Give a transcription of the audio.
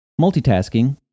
multitasking